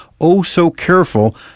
oh-so-careful